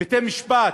בתי-משפט.